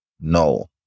no